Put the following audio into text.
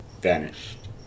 vanished